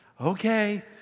Okay